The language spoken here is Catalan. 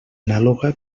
anàloga